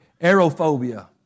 aerophobia